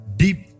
deep